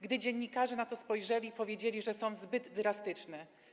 Gdy dziennikarze na to spojrzeli, powiedzieli, że są zbyt drastyczne.